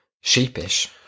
sheepish